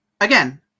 again